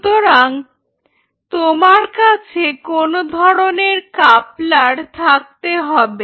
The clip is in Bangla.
সুতরাং তোমার কাছে কোনো ধরনের কাপলার থাকতে হবে